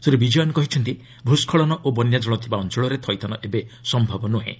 ଶ୍ରୀ ବିଜୟନ୍ କହିଛନ୍ତି ଭ୍ ସ୍କଳନ ଓ ବନ୍ୟାଜଳ ଥିବା ଅଞ୍ଚଳରେ ଥଇଥାନ ଏବେ ସମ୍ଭବ ନୁହେଁ